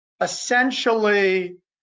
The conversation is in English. essentially